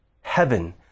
heaven